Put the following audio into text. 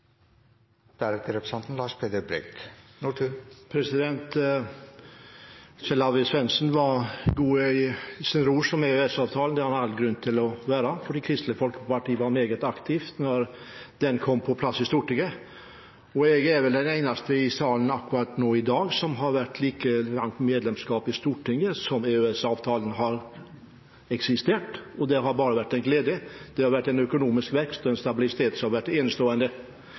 i sin omtale av EØS-avtalen. Det har han all grunn til å gjøre, for Kristelig Folkeparti var meget aktiv da den kom på plass i Stortinget. Jeg er vel den eneste i salen akkurat nå i dag som har hatt like langt medlemskap i Stortinget som EØS-avtalen har eksistert. Det har bare vært en glede – det har vært en økonomisk vekst og en